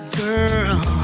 girl